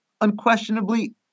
unquestionably